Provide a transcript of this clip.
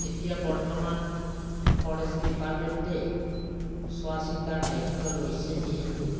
এতিয়া বৰ্তমান ফৰেষ্ট ডিপাৰ্টমেণ্টে চোৱা চিতাৰ দায়িত্ব লৈছে যিহেতু